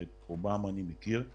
שאת רובם אני מכיר,